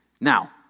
Now